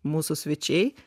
mūsų svečiai